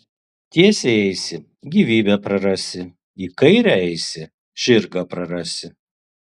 tiesiai eisi gyvybę prarasi į kairę eisi žirgą prarasi